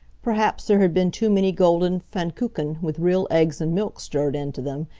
perhaps there had been too many golden pfannkuchen with real eggs and milk stirred into them,